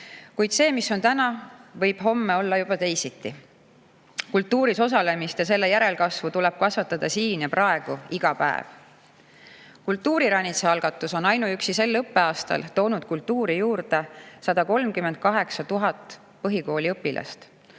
näha. Kuid see, mis on täna, võib homme olla juba teisiti. Kultuuris osalemist ja selle järelkasvu tuleb kasvatada siin ja praegu iga päev. Kultuuriranitsa algatus on ainuüksi sel õppeaastal toonud kultuuri juurde 138 000 põhikooliõpilast.